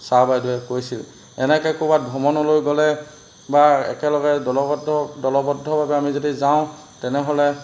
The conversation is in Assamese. ছাৰ বাইদেউৱে কৈছিল এনেকৈ ক'ৰবাত ভ্ৰমণলৈ গ'লে বা একেলগে দলবদ্ধ দলবদ্ধভাৱে আমি যদি যাওঁ তেনেহ'লে